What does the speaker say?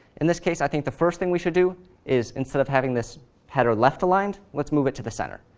in this case, i think the first thing we should do is, instead of having this header left-aligned, let's move it to the center.